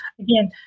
again